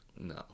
No